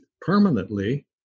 permanently